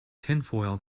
tinfoil